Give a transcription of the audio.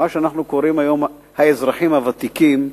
במה שאנחנו קוראים היום האזרחים הוותיקים,